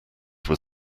were